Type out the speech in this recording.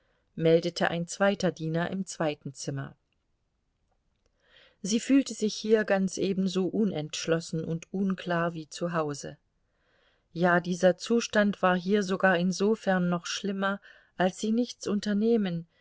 meldete ein zweiter diener im zweiten zimmer sie fühlte sich hier ganz ebenso unentschlossen und unklar wie zu hause ja dieser zustand war hier sogar insofern noch schlimmer als sie nichts unternehmen